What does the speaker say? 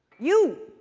you!